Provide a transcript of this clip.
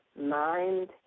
mind